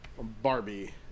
Barbie